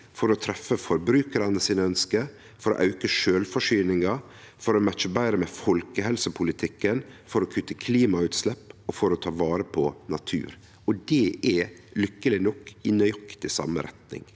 for å treffe forbrukarane sine ønske, for å auke sjølvforsyninga, for å matche betre med folkehelsepolitikken, for å kutte klimagassutslepp og for å ta vare på natur. Det er, lykkeleg nok, i nøyaktig same retning.